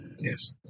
Yes